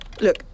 Look